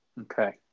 Okay